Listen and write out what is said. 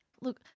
look